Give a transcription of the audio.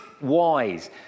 wise